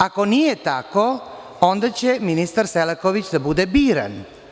Ako nije tako, onda će ministar Selaković da bude biran.